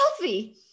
healthy